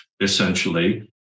essentially